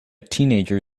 teenager